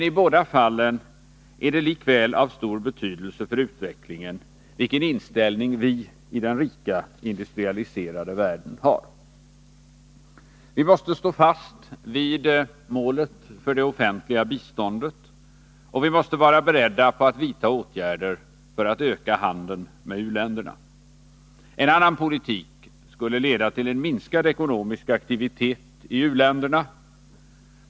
I båda fallen är det likväl av stor betydelse för utvecklingen vilken inställning vi i den rika industrialiserade världen har. Vi måste stå fast vid målet för det offentliga biståndet, och vi måste vara beredda på att vidta åtgärder för att öka handeln med u-länderna. En annan politik skulle leda till en minskad ekonomisk aktivitet i u-länderna.